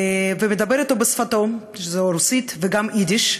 ומדבר אתו בשפתו, שהיא רוסית, וגם יידיש,